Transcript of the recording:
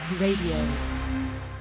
radio